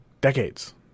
Decades